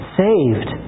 saved